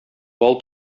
бал